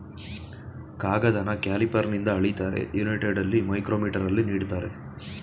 ಕಾಗದನ ಕ್ಯಾಲಿಪರ್ನಿಂದ ಅಳಿತಾರೆ, ಯುನೈಟೆಡಲ್ಲಿ ಮೈಕ್ರೋಮೀಟರಲ್ಲಿ ನೀಡ್ತಾರೆ